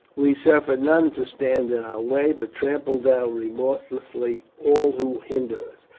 we suffer none to stand in our way, but trample down remorselessly all who hinder us.